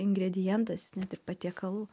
ingredientas net ir patiekalų